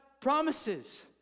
promises